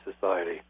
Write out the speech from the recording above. society